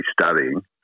studying